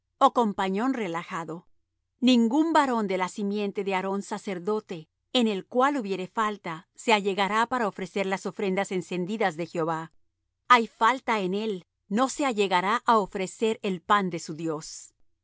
ó compañón relajado ningún varón de la simiente de aarón sacerdote en el cual hubiere falta se allegará para ofrecer las ofrendas encendidas de jehová hay falta en él no se allegará á ofrecer el pan de su dios